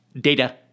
data